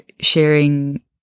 sharing